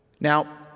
Now